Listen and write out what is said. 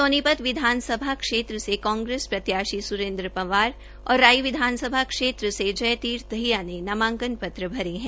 सोनीपत विधानसभा में कांग्रेस प्रत्याशी स्रेन्द्र पंवार और राई विधानसभा क्षेत्र से जयतीर्थ दहिया ने नामांकन पत्र भरे है